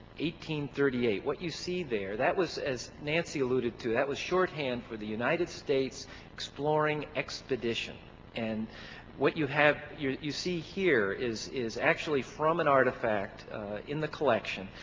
thirty eight. what you see there, that was as nancy alluded to, that was shorthand for the united states exploring expedition and what you have you you see here is is actually from an artifact in the collection,